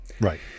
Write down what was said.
Right